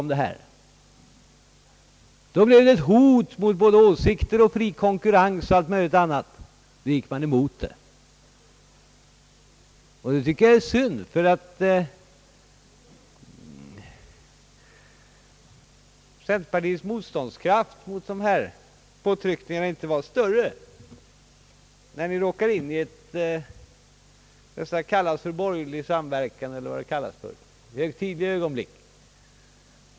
Då blev det ett hot mot både åsikter och fri konkurrens och allt möjligt annat. Då gick man emot förslaget. Jag tycker det är synd att centerpartiets motståndskraft mot dessa påtryckningar inte är större när de råkar in i borgerlig samverkan, eller vad det kallas i högtidliga ögonblick.